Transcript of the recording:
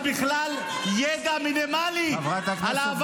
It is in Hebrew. למה אתה לא מקשיב?